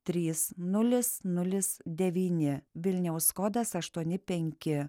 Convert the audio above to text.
trys nulis nulis devyni vilniaus kodas aštuoni penki